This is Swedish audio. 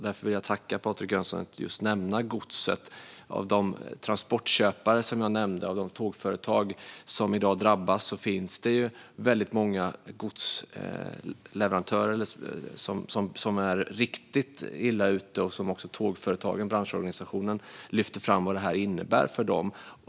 Därför vill jag tacka Patrik Jönsson för att han just nämnde godset. Av de transportköpare som jag nämnde, och tågföretag, som i dag drabbas finns det väldigt många godsleverantörer som är riktigt illa ute. Också branschorganisationen Tågföretagen lyfter fram vad det innebär för dem.